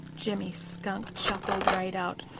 jimmy skunk chuckled right out.